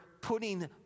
putting